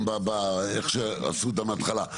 גם איך שעשו אותה מההתחלה.